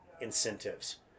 incentives